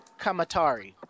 Kamatari